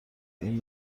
این